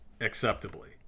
acceptably